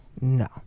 no